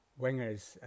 wingers